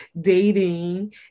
dating